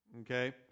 Okay